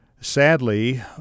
Sadly